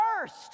first